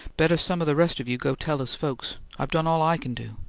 better some of the rest of you go tell his folks. i've done all i can do.